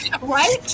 right